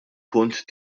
punt